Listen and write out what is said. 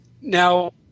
Now